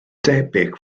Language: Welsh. debyg